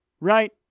right